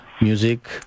music